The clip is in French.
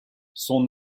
son